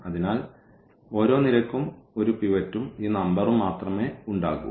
അതിനാൽ ഓരോ നിരയ്ക്കും ഒരു പിവറ്റും ഈ നമ്പറും മാത്രമേ ഉണ്ടാകൂ